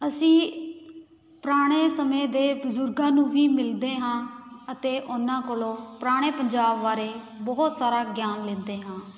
ਅਸੀਂ ਪੁਰਾਣੇ ਸਮੇਂ ਦੇ ਬਜ਼ੁਰਗਾਂ ਨੂੰ ਵੀ ਮਿਲਦੇ ਹਾਂ ਅਤੇ ਉਨ੍ਹਾਂ ਕੋਲੋਂ ਪੁਰਾਣੇ ਪੰਜਾਬ ਬਾਰੇ ਬਹੁਤ ਸਾਰਾ ਗਿਆਨ ਲੈਂਦੇ ਹਾਂ